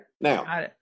Now